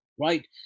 right